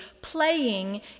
playing